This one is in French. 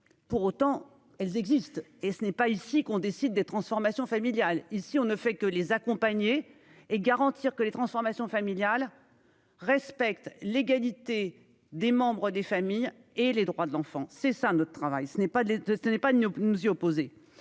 Pour autant, elles existent et ce n'est pas ici qu'on décide. Transformation familial ici on ne fait que les accompagner et garantir que les transformations familial respecte l'égalité des membres des familles et les droits de l'enfant, c'est ça notre travail, ce n'est pas les deux